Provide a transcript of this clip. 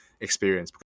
experience